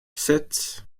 sept